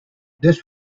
this